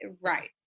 Right